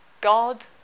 God